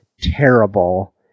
terrible